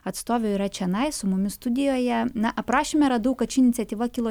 atstovių yra čionai su mumis studijoje na aprašyme radau kad ši iniciatyva kilo